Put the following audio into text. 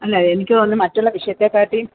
അല്ല എനിക്ക് തോന്നി മറ്റുള്ള വിഷയത്തെകാട്ടി